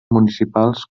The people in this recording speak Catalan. municipals